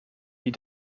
die